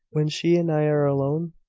when she and i are alone?